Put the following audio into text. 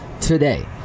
today